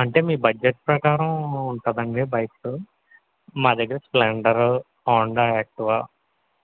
అంటే మీ బడ్జెట్ ప్రకారం ఉంటుందండి బైక్స్ మా దగ్గర స్ప్లెండరు హోండా యాక్టీవా